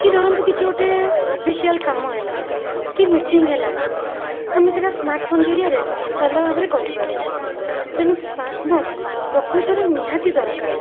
କି ଧରନ୍ତୁ କିଛି ଗୋଟେ ଅଫିସିଆଲ୍ କାମ ହେଲା କି ମିଟିଙ୍ଗ୍ ହେଲା ଆମେ ସେଇଟା ସ୍ମାର୍ଟ ଫୋନ ଜରିଆରେ ଭଲ ଭାବରେ କରିପାରୁଛୁ ତେଣୁ ସ୍ମାର୍ଟ ଫୋନ ପ୍ରକୃତରେ ନିହାତି ଦରକାର